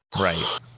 right